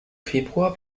februar